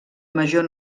major